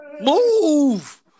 Move